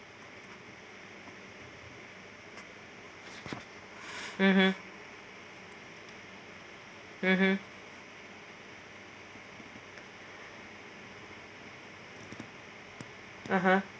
mmhmm mmhmm (uh huh)